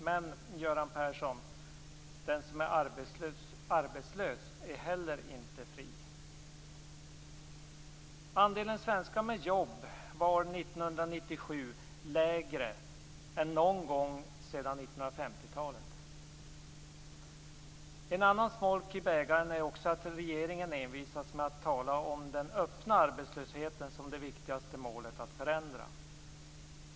Men, Göran Persson, den som är arbetslös är heller inte fri. Andelen svenskar med jobb var 1997 lägre än någon gång sedan 1950-talet. Ett annat smolk i bägaren är att regeringen envisas med att tala om att det viktigaste målet är att förändra den öppna arbetslösheten.